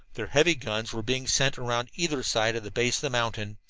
their heavy guns were being sent around either side of the base of the mountain,